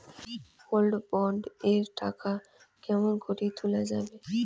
Gold bond এর টাকা কেমন করি তুলা যাবে?